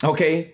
Okay